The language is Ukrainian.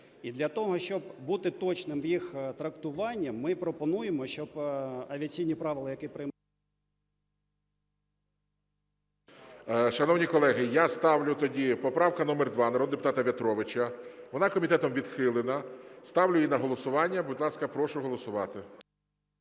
і для того, щоб бути точним в їх трактуванні, ми пропонуємо, щоб авіаційні правила, які… ГОЛОВУЮЧИЙ. Шановні колеги, я ставлю тоді, поправка номер 2 народного депутата В’ятровича. Вона комітетом відхилена. Ставлю її на голосування. Будь ласка, прошу голосувати.